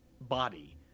body